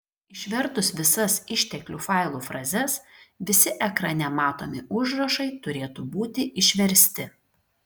išvertus visas išteklių failų frazes visi ekrane matomi užrašai turėtų būti išversti